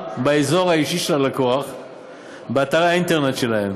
באזור האישי של הלקוח באתרי האינטרנט שלהם,